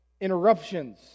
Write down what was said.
interruptions